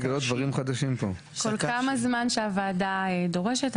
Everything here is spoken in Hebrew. הייעוץ המשפטי לוועדה הציף את הסוגיה,